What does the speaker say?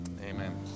amen